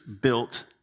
built